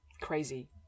Crazy